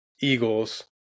Eagles